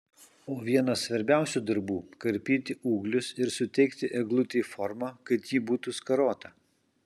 o vienas svarbiausių darbų karpyti ūglius ir suteikti eglutei formą kad ji būtų skarota